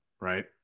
right